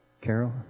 Carol